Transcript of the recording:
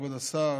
כבוד השר,